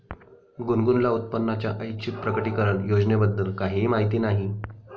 गुनगुनला उत्पन्नाच्या ऐच्छिक प्रकटीकरण योजनेबद्दल काहीही माहिती नाही